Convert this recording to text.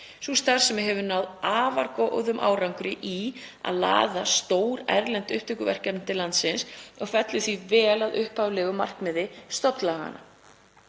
Sú starfsemi hefur náð afar góðum árangri í að laða stór erlend upptökuverkefni til landsins og fellur því vel að upphaflegu markmiði stofnlaganna.